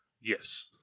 yes